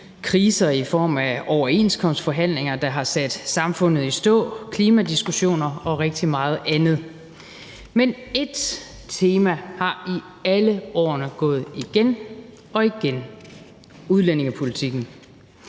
kriser i form af overenskomstforhandlinger, der har sat samfundet i stå, klimadiskussioner og rigtig meget andet, men et tema har i alle årene gået igen og igen: udlændingepolitikken.